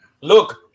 look